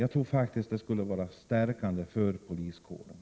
Jag tror faktiskt att det skulle vara en styrka för poliskåren.